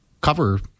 cover